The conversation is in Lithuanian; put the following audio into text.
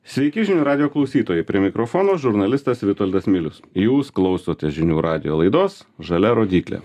sveiki žinių radijo klausytojai prie mikrofono žurnalistas vitoldas milius jūs klausote žinių radijo laidos žalia rodyklė